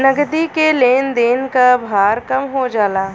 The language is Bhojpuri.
नगदी के लेन देन क भार कम हो जाला